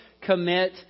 commit